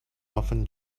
often